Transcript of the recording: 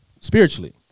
spiritually